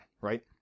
right